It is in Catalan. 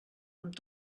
amb